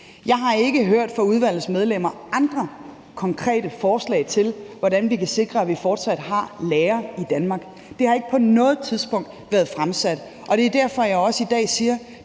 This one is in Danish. Jeg har fra udvalgets medlemmer ikke hørt andre konkrete forslag til, hvordan vi kan sikre, at vi fortsat har lagre i Danmark. Det har ikke på noget tidspunkt været fremsat. Og det er derfor, at jeg også i dag siger,